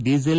diesel